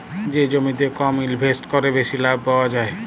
যে জমিতে কম ইলভেসেট ক্যরে বেশি লাভ পাউয়া যায়